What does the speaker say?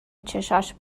چشاش